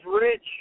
rich